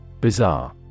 Bizarre